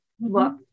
Look